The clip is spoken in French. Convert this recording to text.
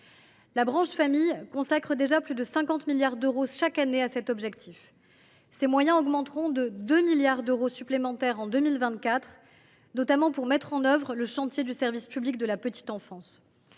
La branche famille consacre déjà plus de 50 milliards d’euros chaque année à cet objectif. Ces moyens augmenteront de 2 milliards d’euros supplémentaires en 2024, notamment pour mettre en œuvre le chantier du service public de la petite enfance.